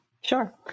Sure